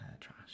Trash